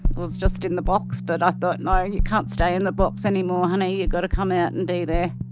it was just in the box. but i thought, no, you can't stay in the box anymore, honey. you got to come out and be there.